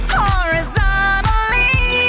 horizontally